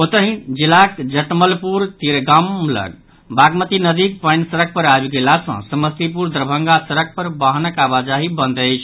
ओतहि जिलाक जटमलपुर तिरागाम लऽग बागमती नदीक पानि सड़क पर आबि गेला सँ समस्तीपुर दरभंगा सड़क पर वाहनक आवाजाही बंद अछि